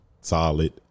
solid